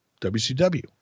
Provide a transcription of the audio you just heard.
WCW